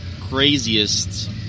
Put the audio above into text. craziest